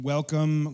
Welcome